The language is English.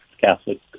Catholic